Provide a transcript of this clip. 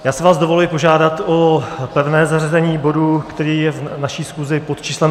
Já si vás dovoluji požádat o pevné zařazení bodu, který je v naší schůzi pod číslem 172.